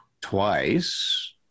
twice